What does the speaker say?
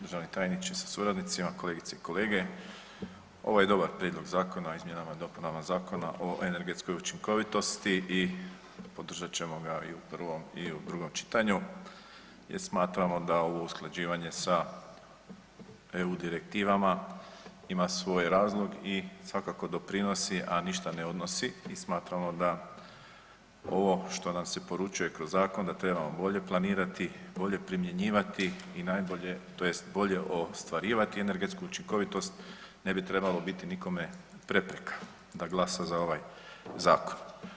Državni tajniče sa suradnicima, kolegice i kolege, ovo je dobar prijedlog Zakona o izmjenama i dopunama Zakona o energetskoj učinkovitosti i podržat ćemo ga i u prvom i u drugom čitanju jer smatramo da ovo usklađivanje sa EU direktivama ima svoj razlog i svakako doprinosi, a ništa ne odnosi i smatramo da ovo što nam se poručuje kroz zakon da trebamo bolje planirati, bolje primjenjivati i najbolje tj. bolje ostvarivati energetsku učinkovitost, ne bi trebalo biti nikome prepreka da glasa za ovaj zakon.